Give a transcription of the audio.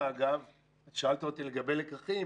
שאלת אותי לגבי לקחים.